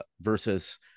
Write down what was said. versus